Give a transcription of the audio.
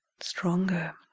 Stronger